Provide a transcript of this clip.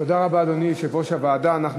תודה רבה, אדוני, יושב-ראש הוועדה.